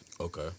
Okay